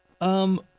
Um-